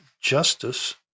justice